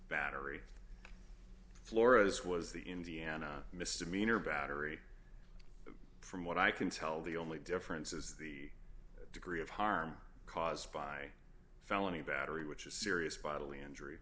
battery florists was the indiana misdemeanor battery from what i can tell the only difference is the degree of harm caused by a felony battery which is serious bodily injury